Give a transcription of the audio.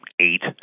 eight